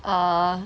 orh